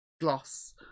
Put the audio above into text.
gloss